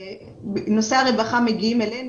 נושאי הרווחה מגיעים אלינו,